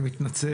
אני מתנצל,